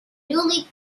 newly